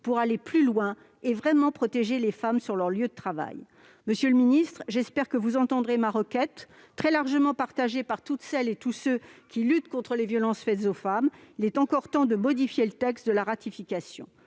pour aller plus loin et vraiment protéger les femmes sur leur lieu de travail. Monsieur le secrétaire d'État, j'espère que vous entendrez ma requête, très largement partagée par toutes celles et tous ceux qui luttent contre les violences faites aux femmes. Il est encore temps de modifier le texte. En attendant,